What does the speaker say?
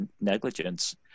negligence